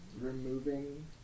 removing